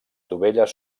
dovelles